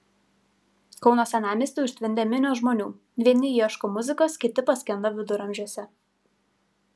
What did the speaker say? kauno senamiestį užtvindė minios žmonių vieni ieško muzikos kiti paskendo viduramžiuose